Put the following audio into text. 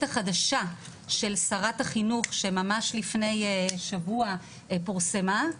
החדשה של שרת החינוך שממש לפני שבוע פורסמה,